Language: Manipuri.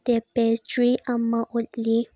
ꯇꯦꯄꯦꯆ꯭ꯔꯤ ꯑꯃ ꯎꯠꯂꯤ